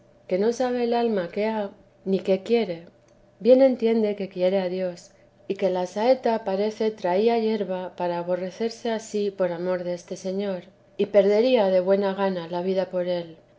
que no sabe el alma qué ha ni qué quiere bien entiende que quiere a dios y que la saeta parece traía hierba para aborrecerse a sí por amor deste señor y perdería de buena gana la vida por él